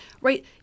Right